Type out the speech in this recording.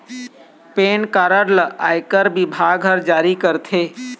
PAN card ल आयकर बिभाग ह जारी करथे